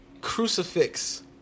crucifix